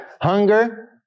hunger